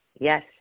Yes